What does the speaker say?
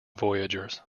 voyagers